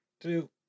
two